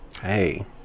Hey